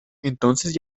entonces